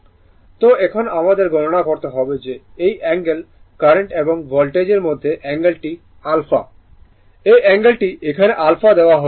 সুতরাং এখন আমাদের গণনা করতে হবে যে এই অ্যাঙ্গেল কারেন্ট এবং ভোল্টেজের মধ্যে অ্যাঙ্গেলটি আলফা এই অ্যাঙ্গেলটি এখানে আলফা দেওয়া হয়েছে